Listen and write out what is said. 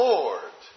Lord